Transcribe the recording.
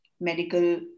medical